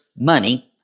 money